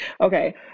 Okay